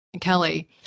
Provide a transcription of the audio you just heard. Kelly